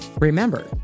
Remember